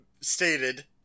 stated